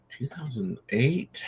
2008